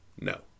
No